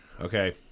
Okay